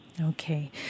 Okay